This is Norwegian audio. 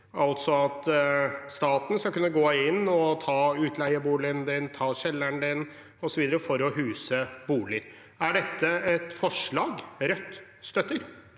altså at staten skal kunne gå inn og ta utleieboligen din, ta kjelleren din og så videre for å huse flyktninger. Er dette et forslag Rødt støtter?